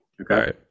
Okay